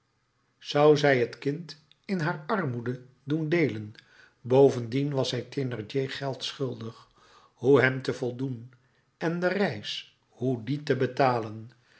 zou zij het kind in haar armoede doen deelen bovendien was zij thénardier geld schuldig hoe hem te voldoen en de reis hoe die te betalen